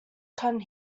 kun